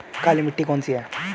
काली मिट्टी कौन सी है?